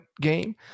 game